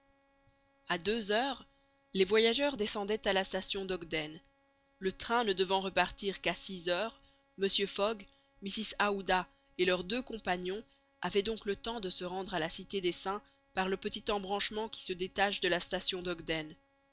a deux heures les voyageurs descendaient à la station d'ogden le train ne devant repartir qu'à six heures mr fogg mrs aouda et leurs deux compagnons avaient donc le temps de se rendre à la cité des saints par le petit embranchement qui se détache de la station d'ogden